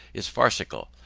is farcical,